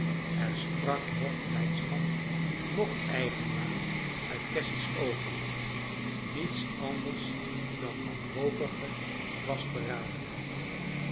er sprak noch blijdschap noch eigenwaan uit cassy's oogen niets anders dan wanhopige vastberadenheid